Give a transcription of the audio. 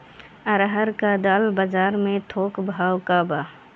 अरहर क दाल बजार में थोक भाव का बा?